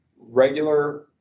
regular